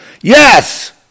Yes